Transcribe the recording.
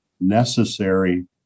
necessary